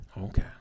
Okay